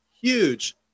huge